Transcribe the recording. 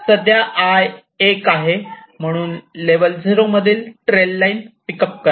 सध्या i 1 आहे म्हणून 0 लेवल मधील ट्रेल लाईन पिक अप करा